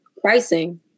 pricing